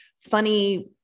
funny